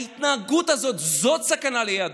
ההתנהגות הזאת, זאת הסכנה ליהדות,